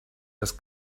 das